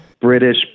British